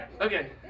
Okay